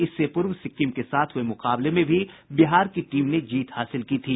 इससे पूर्व सिक्किम के साथ हये मुकाबले में भी बिहार की टीम ने जीत हासिल की थी